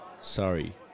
sorry